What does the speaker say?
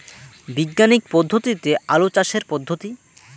বিজ্ঞানিক পদ্ধতিতে আলু চাষের পদ্ধতি?